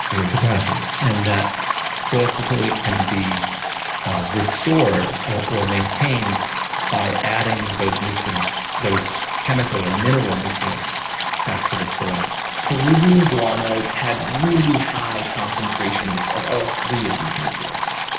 and potassium and that soil fertility can be restored or or maintained by adding those nutrients, those chemical or mineral nutrients back to the soil peruvian guano had really high concentrations of all three of these nutrients,